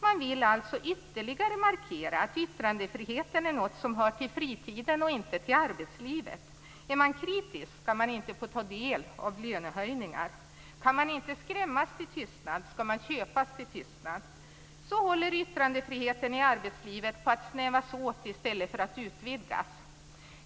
Man vill alltså ytterligare markera att yttrandefriheten är någonting som hör till fritiden och inte till arbetslivet. Är man kritisk skall man inte få ta del av lönehöjningar. Kan man inte skrämmas till tystnad skall man köpas till tystnad. Så håller yttrandefriheten i arbetslivet på att snävas åt i stället för att utvidgas.